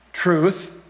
Truth